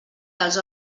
dels